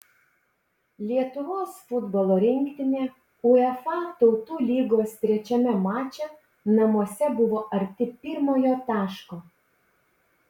lietuvos futbolo rinktinė uefa tautų lygos trečiame mače namuose buvo arti pirmojo taško